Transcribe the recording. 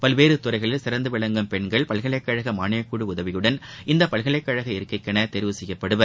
பல்வேறு துறைகளில் சிறந்து விளங்கும் பெண்கள் பல்கலைக்கழக மாளியக்குழு உதவியுடன் இந்த பல்கலைக்கழக இருக்கைக்கென தேரிவு செய்யப்படுவர்